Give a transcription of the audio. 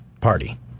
party